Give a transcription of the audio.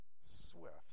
Swift